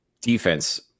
defense